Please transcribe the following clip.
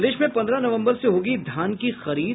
प्रदेश में पंद्रह नवम्बर से होगी धान की खरीद